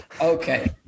Okay